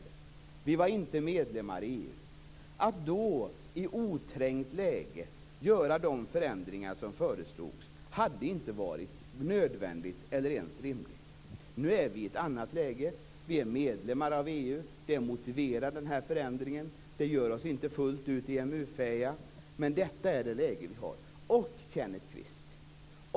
Vårt land var inte medlem i EU. Att då, i oträngt läge, göra de förändringar som föreslogs hade inte varit nödvändigt eller ens rimligt. Nu är vi i ett annat läge. Sverige är medlem i EU. Det motiverar den här förändringen. Den gör oss inte fullt ut EMU-fähiga, men detta är det läge som vi har.